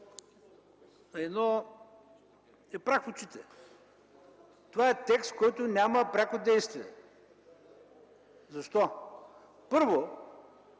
е прах в очите. Това е текст, който няма пряко действие. Защо? Първо,